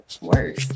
worse